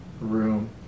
room